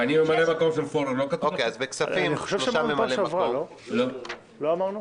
ואני ממלא מקום של ---, לא כתוב לך?